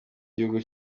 gihugu